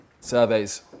surveys